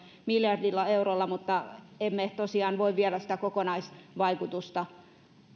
miljardilla eurolla mutta emme tosiaan voi vielä sitä kokonaisvaikutusta